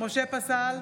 משה פסל,